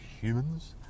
humans